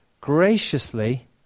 graciously